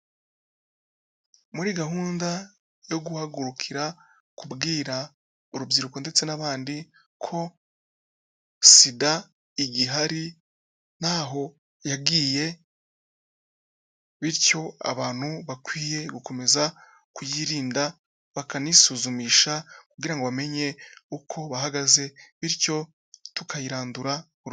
Muri gahunda yo guhagurukira kubwira urubyiruko ndetse n'abandi ko SIDA igihari nt'aho yagiye bityo abantu bakwiye gukomeza kuyirinda bakanisuzumisha kugira ngo amenye uko bahagaze bityo tukayirandura burundu.